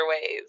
ways